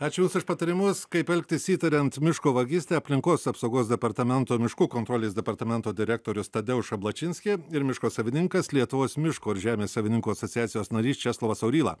ačiū jums už patarimus kaip elgtis įtariant miško vagystę aplinkos apsaugos departamento miškų kontrolės departamento direktorius tadeuš ablačinskyj ir miško savininkas lietuvos miško ir žemės savininkų asociacijos narys česlovas auryla